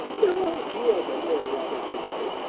there are a few of them who are rather jolly.